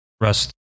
rust